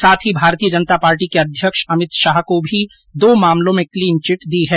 साथ ही भारतीय जनता पार्टी के अध्यक्ष अमित शाह को भी दो मामलों में क्लीनचिट दी है